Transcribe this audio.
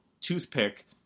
toothpick